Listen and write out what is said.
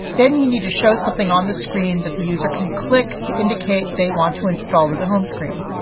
then you need to show something on the screen that the user can click to indicate they want to install to the home screen.